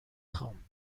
خوام